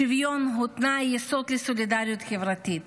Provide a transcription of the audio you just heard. שוויון הוא תנאי יסוד לסולידריות חברתית,